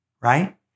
right